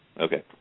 Okay